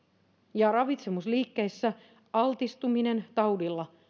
ja ravitsemusliikkeissä altistuminen taudille